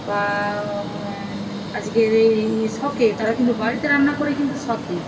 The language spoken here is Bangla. বা আজকের এই শখে তারা কিন্তু বাড়িতে রান্না করে কিন্তু শখে